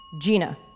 Gina